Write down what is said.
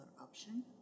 option